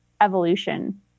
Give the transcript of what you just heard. evolution